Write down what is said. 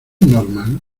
normal